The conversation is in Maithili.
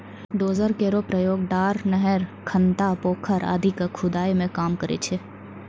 डोजर केरो प्रयोग डार, नहर, खनता, पोखर आदि क खुदाई मे काम करै छै